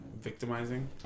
victimizing